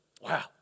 wow